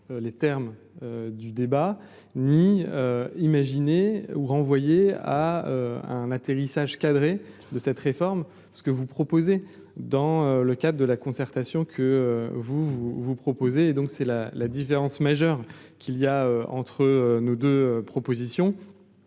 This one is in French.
les termes du débat ni imaginé ou renvoyer à un atterrissage cadré de cette réforme, ce que vous proposez, dans le cadre de la concertation que vous, vous vous proposez donc c'est là la différence majeure qu'il y a entre nous deux propositions